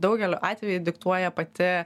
daugeliu atvejų diktuoja pati